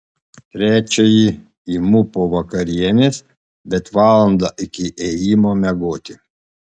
trečiąjį imu po vakarienės bet valandą iki ėjimo miegoti